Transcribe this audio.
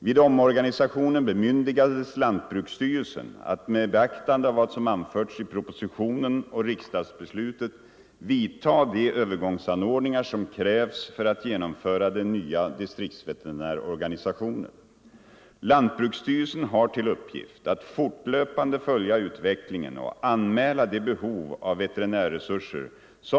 Vid omorganisationen bemyndigades lantbruksstyrelsen att med beaktande av vad som anförts i pro